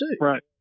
right